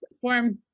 form